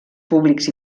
públics